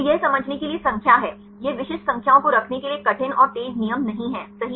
तो यह समझने के लिए संख्या है यह विशिष्ट संख्याओं को रखने के लिए एक कठिन और तेज़ नियम नहीं है सही